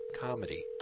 Comedy